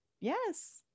yes